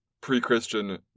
pre-Christian